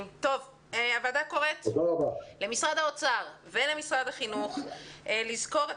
הוועדה קוראת למשרד האוצר ולמשרד החינוך לזכור את